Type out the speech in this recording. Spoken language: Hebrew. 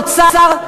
שר האוצר,